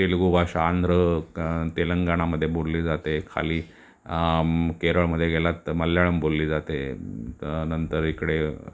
तेलगू भाषा आंध्र तेलंगणामध्ये बोलली जाते खाली केरळमध्ये गेलात तर मल्याळम बोलली जाते नंतर इकडे